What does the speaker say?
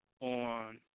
on